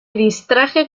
distraje